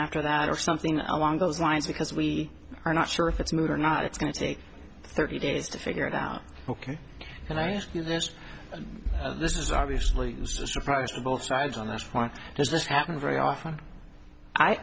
after that or something along those lines because we are not sure if it's moved or not it's going to take thirty days to figure it out ok and i ask you this this is obviously a surprise for both sides on this front does this happen very often i